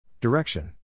Direction